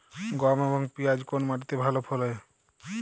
গম এবং পিয়াজ কোন মাটি তে ভালো ফলে?